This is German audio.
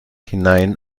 hinein